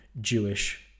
Jewish